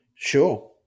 Sure